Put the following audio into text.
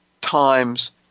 times